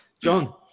John